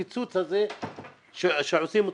הקיצוץ הזה שעושים אותו,